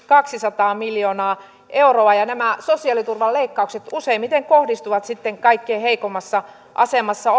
kaksisataa miljoonaa euroa ja nämä sosiaaliturvan leikkaukset useimmiten kohdistuvat sitten kaikkein heikoimmassa asemassa